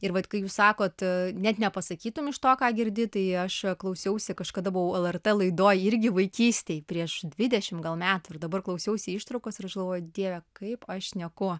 ir vat kai jūs sakot net nepasakytum iš to ką girdi tai aš klausiausi kažkada buvau lrt laidoj irgi vaikystėj prieš dvidešim gal metų ir dabar klausiausi ištraukos ir aš galvoju dieve kaip aš šneku